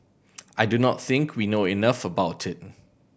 I do not think we know enough about it